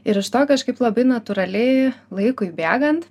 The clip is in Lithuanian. ir iš to kažkaip labai natūraliai laikui bėgant